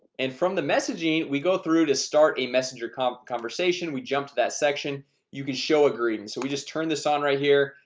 and from the messaging we go through to start a messenger conversation we jump to that section you can show ah greeting. so we just turn this on right here.